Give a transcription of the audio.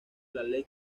lake